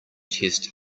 test